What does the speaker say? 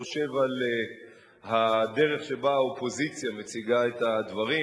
חושב על הדרך שבה האופוזיציה מציגה את הדברים